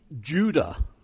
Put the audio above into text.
judah